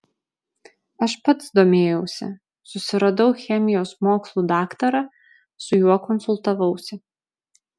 aš pats domėjausi susiradau chemijos mokslų daktarą su juo konsultavausi